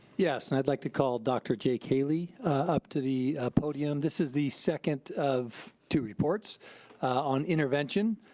yes, and i'd like to call dr. jake haley up to the podium. this is the second of two reports on intervention.